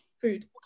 food